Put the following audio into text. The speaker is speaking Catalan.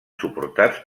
suportats